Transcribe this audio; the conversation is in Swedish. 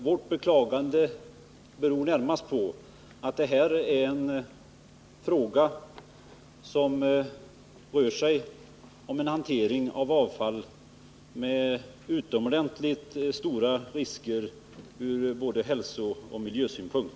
Vårt beklagande beror närmast på att det rör sig om hantering av avfall med utomordentligt stora risker ur både hälsooch miljösynpunkt.